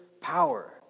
power